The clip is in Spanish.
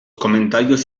comentarios